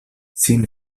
sin